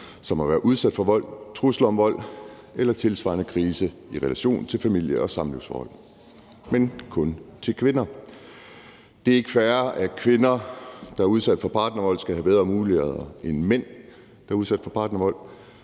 som har været udsat for vold, trusler om vold eller tilsvarende krise i relation til familie- eller samlivsforhold – men kun til kvinder. Det er ikke fair, at kvinder, der er udsat for partnervold, skal have bedre muligheder end mænd, der er udsat for partnervold,